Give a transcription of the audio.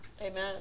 Amen